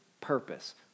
purpose